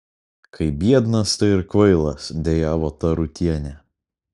kai biednas tai ir kvailas dejavo tarutienė